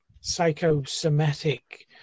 psychosomatic